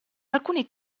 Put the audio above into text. alcuni